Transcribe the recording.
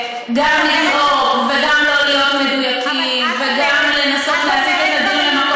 גם לצעוק וגם לא להיות מדויקים וגם לנסות להסיט את הדיון למה,